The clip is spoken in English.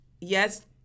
yes